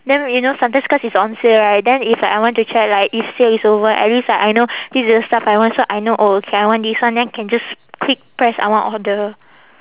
then you know sometimes cause it's on sale right then if like I want to check like if sale is over at least like I know this is the stuff I want so I know oh okay I want this one then can just click press I want order